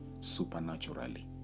supernaturally